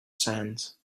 sands